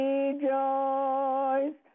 Rejoice